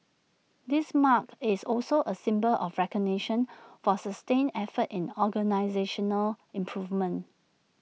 this mark is also A symbol of recognition for sustained efforts in organisational improvement